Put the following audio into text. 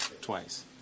twice